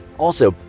also,